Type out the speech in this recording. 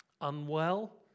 unwell